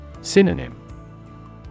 Synonym